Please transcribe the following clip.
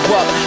up